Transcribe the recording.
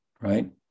right